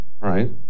right